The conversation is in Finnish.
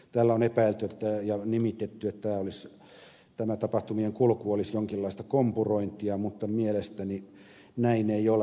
täällä on epäilty ja nimitetty että tämä tapahtumien kulku olisi jonkinlaista kompurointia mutta mielestäni näin ei ole